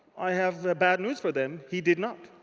i have bad news for them. he did not.